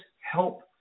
help